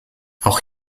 auch